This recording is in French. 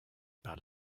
par